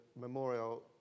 memorial